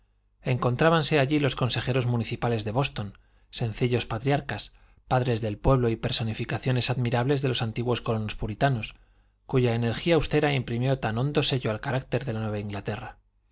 intereses encontrábanse allí los consejeros municipales de boston sencillos patriarcas padres del pueblo y personificaciones admirables de los antiguos colonos puritanos cuya energía austera imprimió tan hondo sello al carácter de la nueva inglaterra